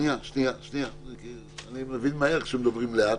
אני מבין מהר, כשמדברים לאט,